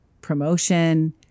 promotion